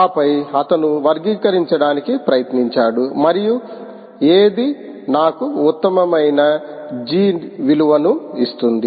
ఆపై అతను వర్గీకరించడానికి ప్రయత్నించాడు మరియు ఏది నాకు ఉత్తమమైన G విలువను ఇస్తుంది